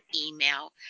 email